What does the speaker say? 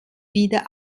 wieder